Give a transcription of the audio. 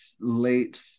late